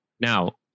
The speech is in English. Now